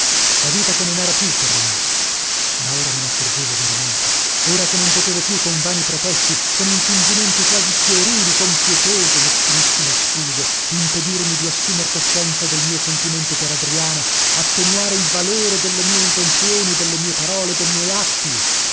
la vita che non era più per me ah ora me naccorgevo veramente ora che non potevo più con vani pretesti con infingimenti quasi puerili con pietose meschinissime scuse impedirmi di assumer coscienza del mio sentimento per adriana attenuare il valore delle mie intenzioni delle mie parole de miei atti